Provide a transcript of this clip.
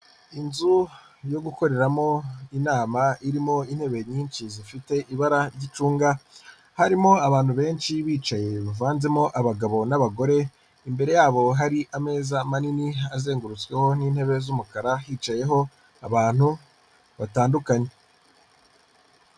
Inzu yo gukoreramo inama irimo intebe nyinshi zifite ibara ry'icunga, harimo abantu benshi bicaye bavanzemo abagabo n'abagore, imbere yabo hari ameza manini azengurutsweho n'intebe z'umukara hicayeho abantu batandukanye.